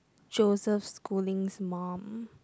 Joseph-Schooling's mum